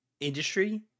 industry